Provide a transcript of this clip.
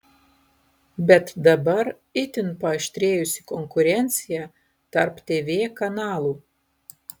bet dabar itin paaštrėjusi konkurencija tarp tv kanalų